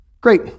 Great